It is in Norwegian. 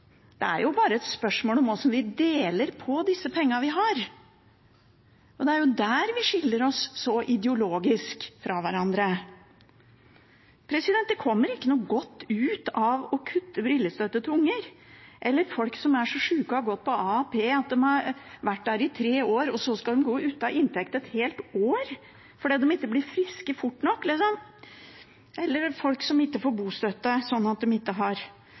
Det er jo bare et spørsmål om hvordan vi deler på disse pengene vi har, og det er der vi skiller oss sånn fra hverandre ideologisk. Det kommer ikke noe godt ut av å kutte brillestøtte til unger eller av at folk som er syke og har gått på AAP i tre år, så skal gå uten inntekt i et helt år fordi de ikke blir friske fort nok, eller at folk ikke får bostøtte og ikke har råd til et hjem. Det blir bare vondt ut av dette. Jeg har